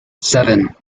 seven